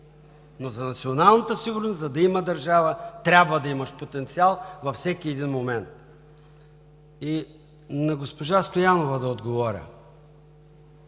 но за националната сигурност, за да има държава, трябва да имаш потенциал във всеки един момент. Да отговоря и на госпожа Стоянова. Много